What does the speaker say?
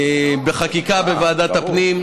בחקיקה בוועדת הפנים,